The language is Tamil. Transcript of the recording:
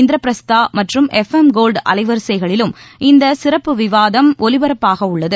இந்திர பிரஸ்தா மற்றும் எஃப்ளம் கோல்டு அலைவரிசைகளிலும் இந்த மேலும் சிறப்பு விவாதம் ஒலிபரப்பாக உள்ளது